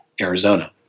Arizona